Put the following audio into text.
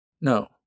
No